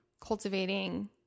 cultivating